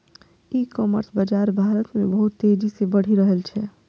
ई commerce बाजार भारत मे बहुत तेजी से बढ़ि रहल छै